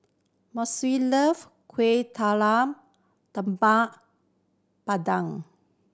Mossie love Kueh Talam Tepong Pandan